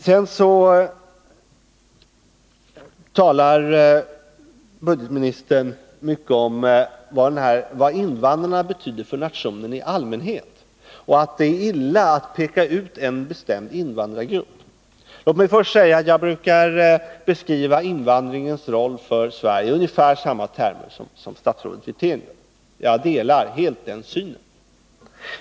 Sedan talar budgetministern väldigt mycket om vad invandrarna betyder för nationen i allmänhet och att det är illa att peka ut en bestämd invandrargrupp. Låt mig först säga att jag brukar beskriva invandringens roll för Sverige i ungefär samma termer som statsrådet Wirtén har gjort. Jag delar helt den synen.